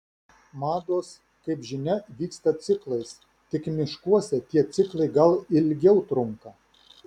mados kaip žinia vyksta ciklais tik miškuose tie ciklai gal ilgiau trunka